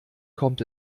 kommt